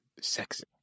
sexy